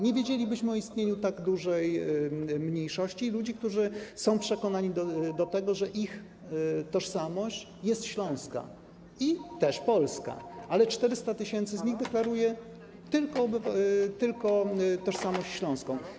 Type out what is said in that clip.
Nie wiedzielibyśmy o istnieniu tak dużej mniejszości, ludzi, którzy są przekonani do tego, że ich tożsamość jest śląska, a także polska, ale 400 tys. z nich deklaruje tylko tożsamość śląską.